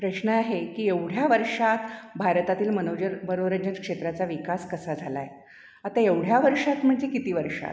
प्रश्न आहे की एवढ्या वर्षात भारतातील मनोज मनोरंजन क्षेत्राचा विकास कसा झाला आहे आता एवढ्या वर्षात म्हणजे किती वर्षात